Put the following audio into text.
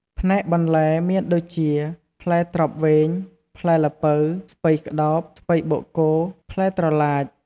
ផ្នែកបន្លែ មានដូចជា ផ្លែត្រប់វែង ផ្លែល្ពៅ ស្ពៃក្តោប ស្ពៃបូកគោ ផ្លែត្រឡាច។